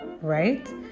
right